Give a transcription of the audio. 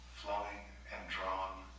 flowing and drawn.